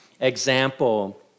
example